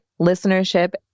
listenership